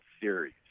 Series